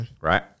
right